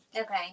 Okay